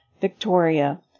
Victoria